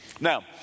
Now